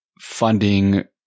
funding